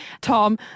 Tom